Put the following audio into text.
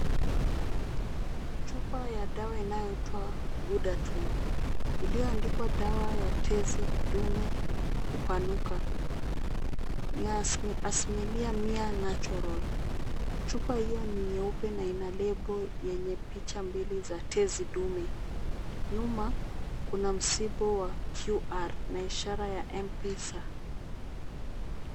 Chupa ya dawa inayoitwa Ghudatun iliyoandikwa dawa ya tezi dume kupanuka. Ni ya asilimia mia natural , chupa hiyo ni nyeupe na ina lebo yenye picha mbili za tezi dume. Nyuma kuna msimbo wa QR na ishara ya M-Pesa.